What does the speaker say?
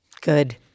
Good